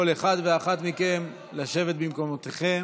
כל אחד ואחת מכם, לשבת במקומותיכם.